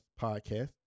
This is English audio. podcast